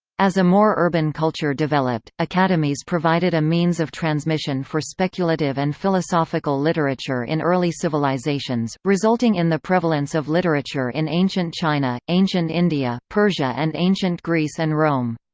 as a more urban culture developed, academies provided a means of transmission for speculative and philosophical philosophical literature in early civilizations, resulting in the prevalence of literature in ancient china, ancient india, persia and ancient greece and rome.